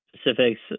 specifics